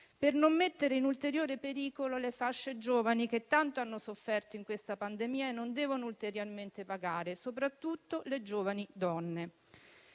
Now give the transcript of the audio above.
per non mettere in ulteriore pericolo le fasce giovani che tanto hanno sofferto in questa pandemia e non devono ulteriormente pagare, soprattutto le giovani donne;